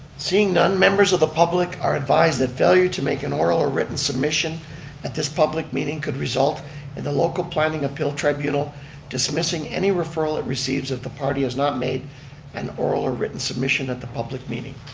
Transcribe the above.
seeing none, members of the public are advised that failure to make an oral or written submission at this public meeting could result in the local planning appeal tribunal dismissing any referral it receives if the party has not made an oral or written submission at the public meeting.